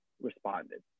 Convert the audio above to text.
responded